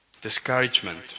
discouragement